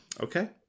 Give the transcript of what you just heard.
Okay